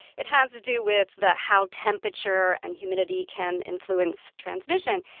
it has to do with the how temperature and humidity can influence transmission.